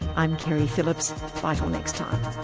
i'm keri phillips, bye till next time